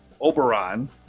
oberon